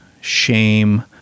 shame